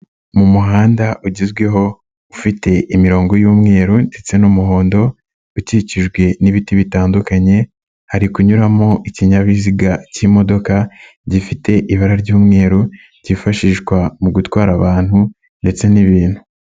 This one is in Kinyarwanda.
Mu muhanda ugezweho ufite imirongo y'umweru ndetse n'umuhondo, ukikijwe n'ibiti bitandukanye, hari kunyuramo ikinyabiziga cy'imodoka, gifite ibara ry'umweru, cyifashishwa mu gutwara abantu ndetse n'ibintu.